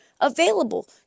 available